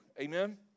Amen